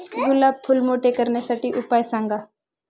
गुलाब फूल मोठे करण्यासाठी उपाय सांगा?